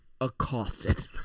accosted